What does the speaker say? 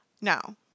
Now